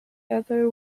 other